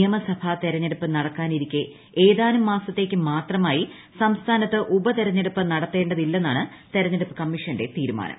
നിയമസഭാ തെരഞ്ഞെടുപ്പ് നടക്കാനിരിക്കെ ഏതാനും മാസത്തേക്ക് മാത്രമായി സംസ്ഥാനത്ത് ഉപതെരഞ്ഞെടുപ്പ് നടത്തേണ്ടതില്ലെന്നാണ് തെരഞ്ഞെടുപ്പ് കമ്മിഷന്റെ തീരുമാനം